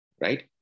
right